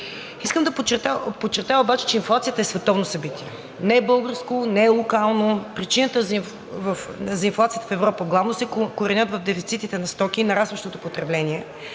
Искам да подчертая обаче, че инфлацията е световно събитие – не е българско, не е локално. Причините за инфлацията в Европа главно се коренят в дефицитите на стоки и нарастващото потребление.